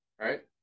right